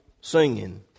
singing